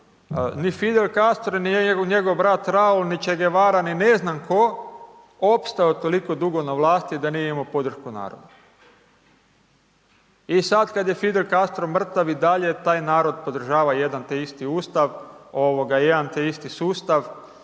ni Fidel Castro, ni njegov brat Raoul, ni Che Guevara, ni ne znam tko, opstao toliko dugo na vlasti da nije imao podršku naroda. I sad kad je Fidel Castro mrtav i dalje taj narod podržava jedan te isti ustav, jedan te isti sustav